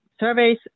surveys